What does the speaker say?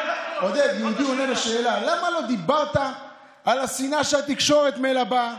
עודד: למה לא דיברת על השנאה שהתקשורת מלבה?